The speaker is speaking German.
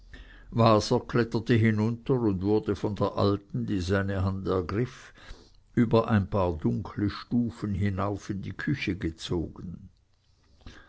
waser kletterte hinunter und wurde von der alten die seine hand ergriff über ein paar dunkle stufen hinauf in die küche gezogen